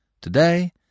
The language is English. Today